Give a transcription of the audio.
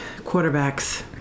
quarterbacks